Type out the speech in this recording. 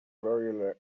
very